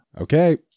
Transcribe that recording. Okay